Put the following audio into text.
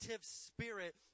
spirit